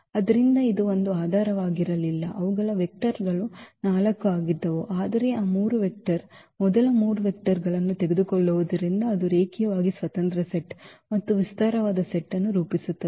ಆದ್ದರಿಂದ ಇದು ಒಂದು ಆಧಾರವಾಗಿರಲಿಲ್ಲ ಅವುಗಳ ವೆಕ್ಟರ್ ಗಳು 4 ಆಗಿದ್ದವು ಆದರೆ ಆ 3 ವೆಕ್ಟರ್ ಮೊದಲ 3 ವೆಕ್ಟರ್ ಗಳನ್ನು ತೆಗೆದುಕೊಳ್ಳುವುದರಿಂದ ಅದು ರೇಖೀಯವಾಗಿ ಸ್ವತಂತ್ರ ಸೆಟ್ ಮತ್ತು ವಿಸ್ತಾರವಾದ ಸೆಟ್ ಅನ್ನು ರೂಪಿಸುತ್ತದೆ